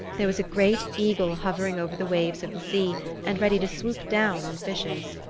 there was a great eagle hovering over the waves of the sea and ready to swoop down on fishes.